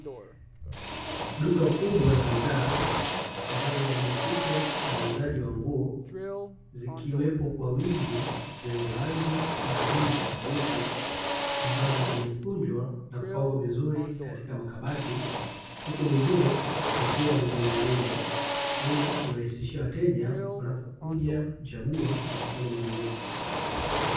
Duka kubwa la bidhaa, ambalo linajihusisha na uuzaji wa nguo, zikiwepo kwa wingi zenye rangi na aina tofauti, ambazo zimekunjwa na kupangwa vizuri katika makabati, huku nyingine zikiwa zimening'inizwa ili kurahishia wateja wanapokuja kuchagua na kufanya manunuzi.